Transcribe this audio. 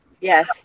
Yes